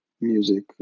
music